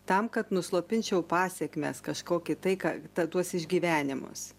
tam kad nuslopinčiau pasekmes kažkokį tai ką tą tuos išgyvenimus